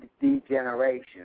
degeneration